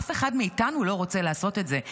אף אחד מאיתנו לא רוצה לעשות את זה,